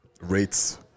rates